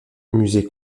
musée